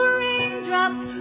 raindrops